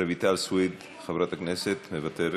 רויטל סויד, חברת הכנסת, מוותרת,